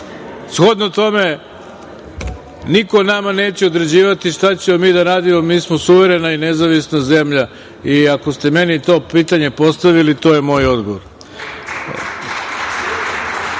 tome, niko nama neće određivati šta ćemo mi da radimo, mi smo suverena i nezavisna zemlja i, ako ste meni to pitanje postavili, to je moj odgovor. Reč